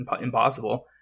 impossible